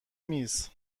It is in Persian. میز